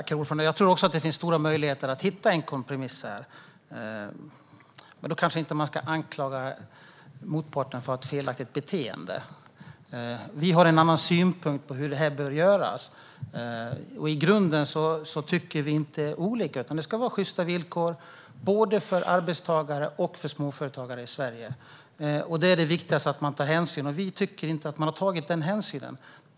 Herr talman! Jag tror också att det finns stora möjligheter att hitta en kompromiss här. Då kanske man inte ska anklaga motparten för ett felaktigt beteende. Vi har en annan syn på hur detta bör göras. I grunden tycker vi inte olika, utan det ska vara sjysta villkor både för arbetstagare och för småföretagare i Sverige. Där är det viktigt att man tar hänsyn, och vi tycker inte att man har gjort det.